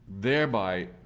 thereby